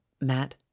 Matt